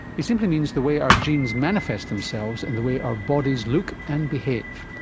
he simply means the way our genes manifest themselves in the way our bodies look and behave.